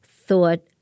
thought